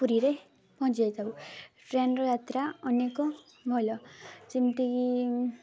ପୁରୀରେ ପହଞ୍ଚି ଯାଇଥାଉ ଟ୍ରେନ୍ର ଯାତ୍ରା ଅନେକ ଭଲ ଯେମିତିକି